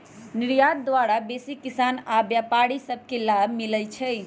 निर्यात द्वारा देसी किसान आऽ व्यापारि सभ के लाभ मिलइ छै